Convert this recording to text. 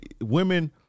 Women